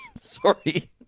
Sorry